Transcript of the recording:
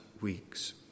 weeks